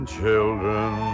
children